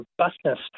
robustness